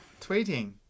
Tweeting